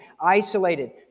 isolated